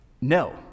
No